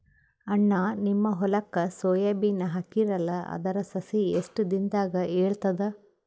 ಅಣ್ಣಾ, ನಿಮ್ಮ ಹೊಲಕ್ಕ ಸೋಯ ಬೀನ ಹಾಕೀರಲಾ, ಅದರ ಸಸಿ ಎಷ್ಟ ದಿಂದಾಗ ಏಳತದ?